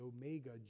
Omega